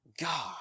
God